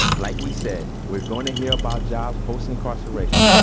like we said, we're going to hear about jobs post-incarceration.